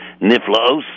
Niflos